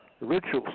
rituals